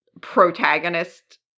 protagonist